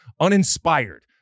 Uninspired